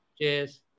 Cheers